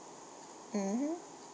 mmhmm